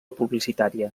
publicitària